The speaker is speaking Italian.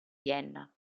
vienna